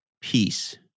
peace